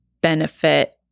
benefit